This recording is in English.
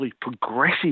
progressive